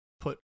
put